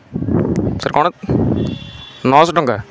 sir କ'ଣ ନଅ ଶହ ଟଙ୍କା